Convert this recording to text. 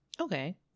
okay